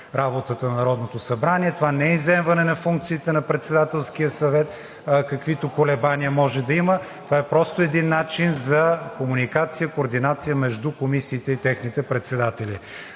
работата на Народното събрание. Това не е изземване на функциите на Председателския съвет, каквито колебания може да има, това просто е един начин за комуникация, координация между комисиите и техните председатели.